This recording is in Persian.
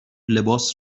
لباس